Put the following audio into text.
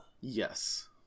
Yes